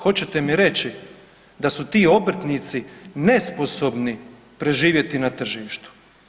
Hoćete mi reći da su ti obrtnici nesposobni preživjeti na tržištu?